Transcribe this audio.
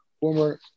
former